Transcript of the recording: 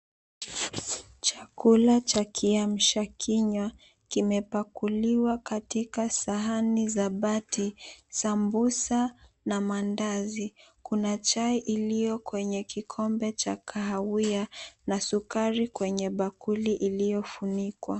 Chakula cha kiamsha kinywa kimepakuliwa katika sahani za bati, sambusa na maandazi. Kuna chai iliyo kwenye kikombe cha kahawia na sukari kwenye bakuli iliyofunikwa.